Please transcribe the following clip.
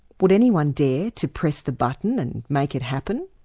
would anyone dare to press the button and make it happen?